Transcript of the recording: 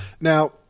Now